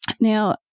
Now